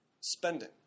spending